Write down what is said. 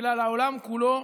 אלא לעולם כולו,